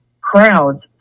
crowds